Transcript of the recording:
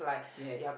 yes